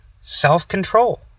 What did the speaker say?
self-control